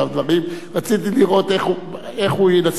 רציתי לראות איך הוא ינסח את הדברים עכשיו.